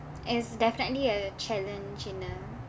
it's definitely a challenge in a